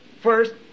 first